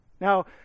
Now